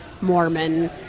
Mormon